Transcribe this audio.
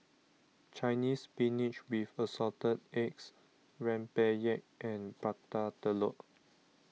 Chinese Spinach with Assorted Eggs Rempeyek and Prata Telur